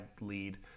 lead